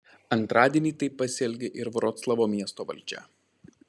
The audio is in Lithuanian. antradienį taip pasielgė ir vroclavo miesto valdžia